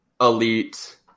elite